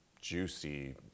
juicy